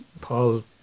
Paul